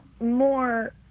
more